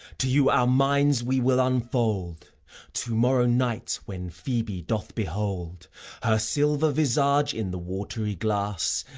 to you our minds we will unfold to-morrow night, when phoebe doth behold her silver visage in the wat'ry glass,